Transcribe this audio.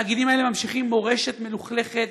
התאגידים האלה ממשיכים מורשת מלוכלכת,